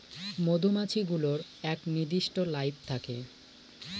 মধুমাছি গুলোর এক নির্দিষ্ট লাইফ থাকে